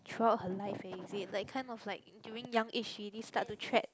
throughout her life eh is it like kind of like during young age she already start to tread